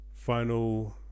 final